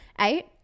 Eight